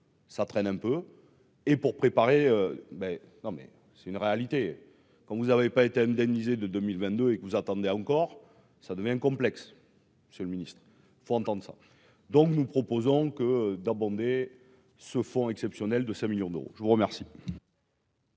ça traîne un peu et pour préparer, mais non, mais c'est une réalité, comme vous avez pas été indemnisés de 2000 22 et que vous attendez encore ça devient complexe sur le ministre faut entendre ça, donc nous proposons que d'abonder ce fonds exceptionnel de 5 millions d'euros, je vous remercie.